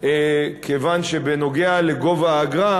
כיוון שבנוגע לגובה האגרה,